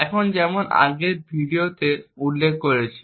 এখন যেমন আমরা আগের ভিডিওতে উল্লেখ করেছি